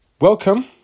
Welcome